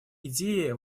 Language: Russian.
идеи